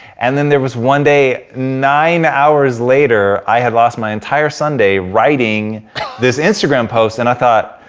and then there was one day, nine hours later i had lost my entire sunday writing this instagram post and i thought,